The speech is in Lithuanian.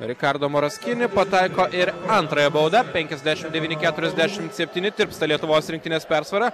rikardo moraskini pataiko ir antrąją baudą penkiasdešimt devyni keturiasdešimt septyni tirpsta lietuvos rinktinės persvara